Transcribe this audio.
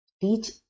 teach